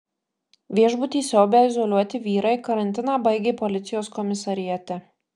viešbutį siaubę izoliuoti vyrai karantiną baigė policijos komisariate